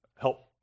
Help